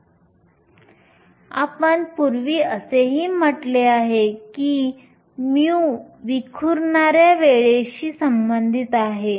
आम्ही पूर्वी असेही म्हटले होते की mu विखुरणाऱ्या वेळेशी संबंधित आहे